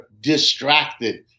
distracted